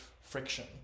friction